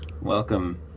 Welcome